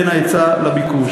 והיא עצרה את הקפיצה,